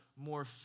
more